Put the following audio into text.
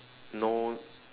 no